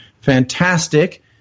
fantastic